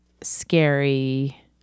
scary